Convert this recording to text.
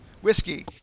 whiskey